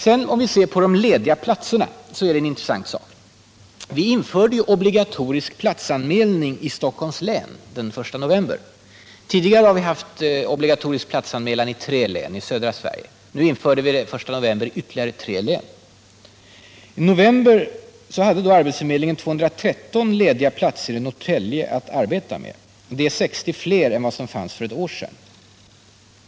Vad gäller de lediga platserna är det intressant att konstatera att obligatorisk platsanmälan har införts i Stockholms län den 1 november. Vi hade tidigare infört obligatorisk platsanmälan i tre län i södra Sverige. Den 1 november infördes denna anmälningsskyldighet i ytterligare tre län. I november hade arbetsförmedlingen 213 lediga platser i Norrtälje att arbeta med. Det är 60 fler än vad som fanns för ett år sedan.